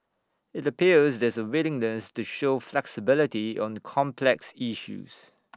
IT appears there's A willingness to show flexibility on complex issues